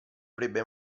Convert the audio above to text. avrebbe